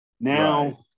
now